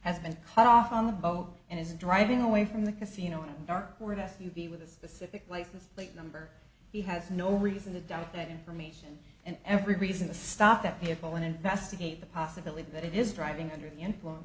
has been cut off on the boat and is driving away from the casino on a dark wood s u v with a specific license plate number he has no reason to doubt that information and every reason to stop that vehicle and investigate the possibility that it is driving under the influence